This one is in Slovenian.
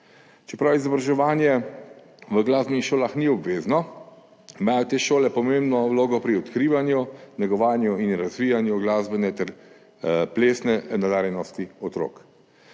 Čeprav izobraževanje v glasbenih šolah ni obvezno, imajo te šole pomembno vlogo pri odkrivanju, negovanju in razvijanju glasbene ter plesne nadarjenosti otrok.